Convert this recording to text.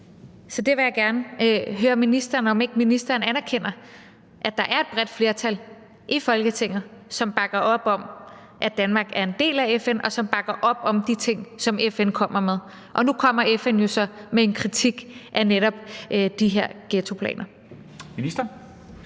Så det vil jeg gerne høre ministeren om, altså om ikke ministeren anerkender, at der er et bredt flertal i Folketinget, som bakker op om, at Danmark er en del af FN, og som bakker op om de ting, som FN kommer med. Og nu kommer FN jo så med en kritik af netop de her ghettoplaner.